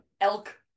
elk